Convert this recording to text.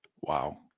wow